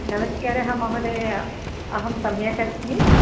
नमस्कारः महोदय अहं सम्यक् अस्मि